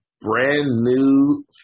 brand-new